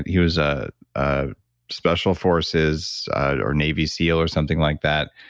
he was a ah special forces or navy seal, or something like that,